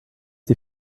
die